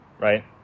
right